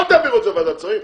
אל תעבירו את זה לוועדת שרים.